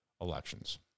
elections